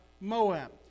Moab